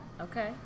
Okay